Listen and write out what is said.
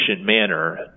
manner